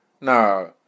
no